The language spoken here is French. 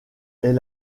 est